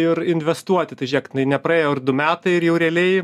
ir investuoti tai žiūrėk nai nepraėjo ir du metai ir jau realiai